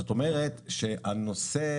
זאת אומרת, הנושא